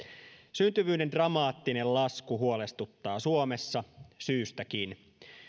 syntyvyyden dramaattinen lasku huolestuttaa suomessa syystäkin